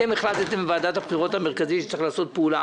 אתה לא יכול לעשות כאן תעדוף.